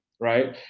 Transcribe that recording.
right